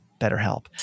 BetterHelp